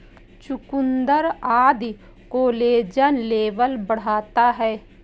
चुकुन्दर आदि collagen level बढ़ाता है